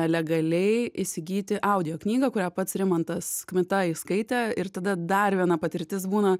legaliai įsigyti audioknygą kurią pats rimantas kmita įskaitė ir tada dar viena patirtis būna